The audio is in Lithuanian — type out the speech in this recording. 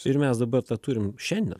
ir mes dabar tą turim šiandien